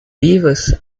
vivas